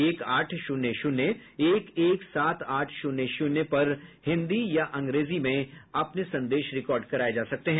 एक आठ शून्य शून्य एक एक सात आठ शून्य शून्य पर हिंदी या अंग्रेजी में अपने संदेश रिकार्ड कराए जा सकते हैं